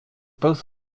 both